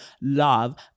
love